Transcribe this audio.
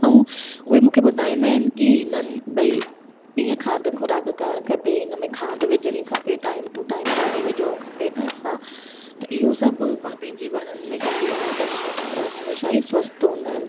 अऊं उहे मूंखे ॿुधाईंदा आहिनि की हिननि भई हीअं खाद ख़ोराक करणु खपे इन में खाद विझिणियूं खपे टाइम टू टाइम पाणी विझिणो खपे त असां त इहो सभ मां पंहिंजे वणनि में कंदी आहियां त मुंहिंजा वण हमेशह ई स्वस्थ हूंदा आहिनि